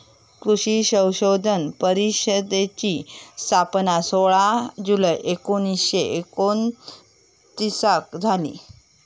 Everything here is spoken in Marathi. कृषी संशोधन परिषदेची स्थापना सोळा जुलै एकोणीसशे एकोणतीसाक झाली